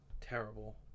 terrible